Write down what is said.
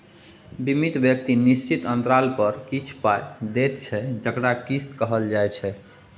बीमित व्यक्ति निश्चित अंतराल पर किछ पाइ दैत छै जकरा किस्त कहल जाइ छै